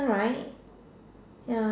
right ya